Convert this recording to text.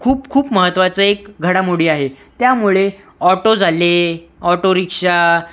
खूप खूप महत्वाचे घडामोडी आहे त्यामुळे ऑटो झाले ऑटोरिक्षा